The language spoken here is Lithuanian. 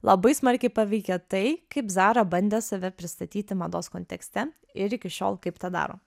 labai smarkiai paveikė tai kaip zara bandė save pristatyti mados kontekste ir iki šiol kaip tą daro